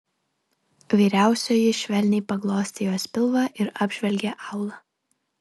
vyriausioji švelniai paglostė jos pilvą ir apžvelgė aulą